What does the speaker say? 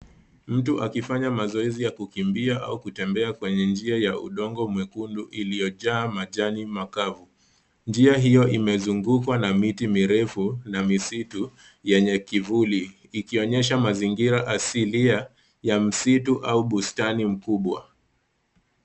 Mtu akifanya mazoezi ya kukimbia au kutembea kwenye njia ya udongo mwekundu iliyojaa majani makavu. Njia hiyo imezungukwa na miti mirefu na misitu yenye kivuli ikionyesha mazingira asilia ya msitu au bustani mkubwa.